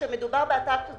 כשמדובר באטרקציות גדולות,